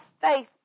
faith